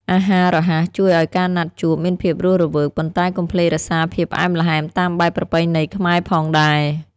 អាហាររហ័សជួយឱ្យការណាត់ជួបមានភាពរស់រវើក ប៉ុន្តែកុំភ្លេចរក្សាភាពផ្អែមល្ហែមតាមបែបប្រពៃណីខ្មែរផងដែរ។